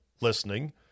listening